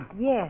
Yes